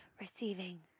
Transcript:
Receiving